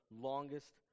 longest